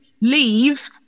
leave